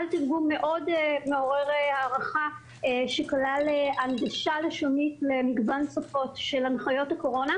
תרגום מאוד מעורר הערכה שכלל הנגשה לשונית למגוון שפות של הנחיות הקורונה,